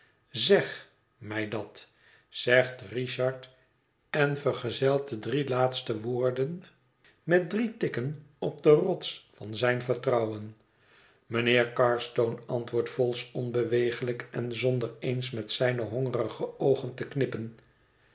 zeg mij dat zegt richard en vergezelt de drie laatste woorden met drie tikken op de rots van zijn vertrouwen mijnheer carstone antwoordt vholes onbeweeglijk en zonder eens met zijne hongerige oogen te knippen